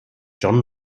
john